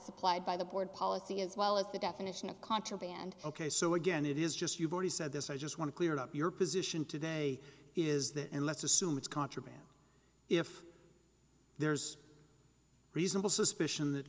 supplied by the board policy as well as the definition of contraband ok so again it is just you've already said this i just want to clear up your position today is that and let's assume it's contraband if there's reasonable suspicion that